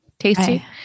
Tasty